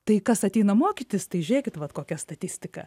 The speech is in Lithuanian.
tai kas ateina mokytis tai žiūrėkit vat kokia statistika